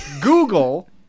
Google